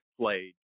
played